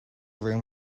room